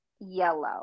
yellow